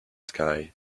sky